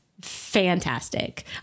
fantastic